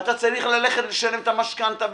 ואתה צריך ללכת לשלם את המשכנתה,